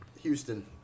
Houston